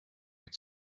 its